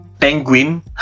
penguin